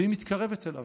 והיא מתקרבת אליו.